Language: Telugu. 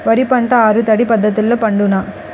వరి పంట ఆరు తడి పద్ధతిలో పండునా?